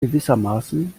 gewissermaßen